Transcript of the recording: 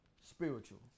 Spiritual